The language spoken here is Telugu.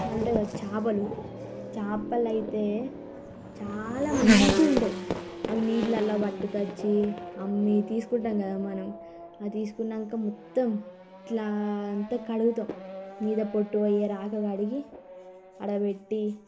మళ్ళుంటాయ్ కదా చేపలు చేపలైతే చాలా మంచిగుంటాయ్ అవి నీళ్లల్లో పట్టుకొచ్చి అమ్మి తీసుకుంటాం కదా మనం అవి తీసుకున్నాక మొత్తం ఇట్లా అంతా కడుగుతాం మీద పొట్టు పోయ్యేలాగా కడిగి ఆడపెట్టి